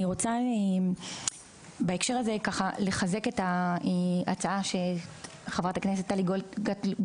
אני רוצה בהקשר הזה לחזק את ההצעה שחברת הכנסת טלי גוטליב